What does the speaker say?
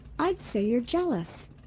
i'd say you're jealous.